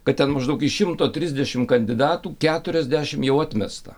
kad ten maždaug iš šimto trisdešimt kandidatų keturiasdešimt jau atmesta